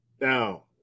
Now